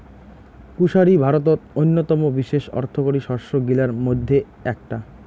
কুশারি ভারতত অইন্যতম বিশেষ অর্থকরী শস্য গিলার মইধ্যে এ্যাকটা